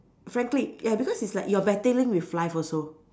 frankly ya because it's like you're battling with life also